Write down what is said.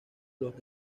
los